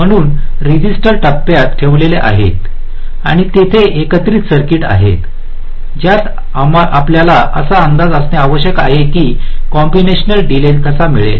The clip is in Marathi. म्हणून रेजिटर टप्प्यात ठेवलेले आहेत आणि तेथे एकत्रित सर्किट आहेत ज्यात आम्हाला असा अंदाज असणे आवश्यक आहे की कंम्बिनेशनल सर्किटचा डीले कसा मिलेल